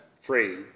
free